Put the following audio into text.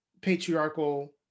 patriarchal